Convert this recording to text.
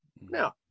Now